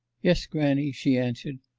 yes, grannie she answered,